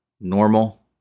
normal